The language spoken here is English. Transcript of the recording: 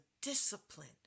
discipline